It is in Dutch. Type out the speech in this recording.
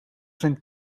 zijn